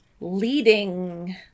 leading